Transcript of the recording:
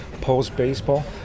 post-baseball